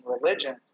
religion